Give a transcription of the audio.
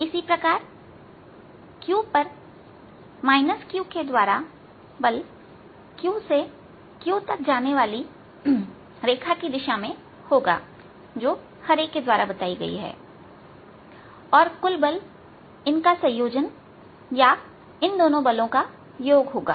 इसी प्रकार q पर Q के द्वारा बल q से Q तक जाने वाली रेखा की दिशा में होगा जो हरे के द्वारा बताई गई है और कुल बल इनका संयोजन या इन दोनों बलों का योग होगा